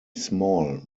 small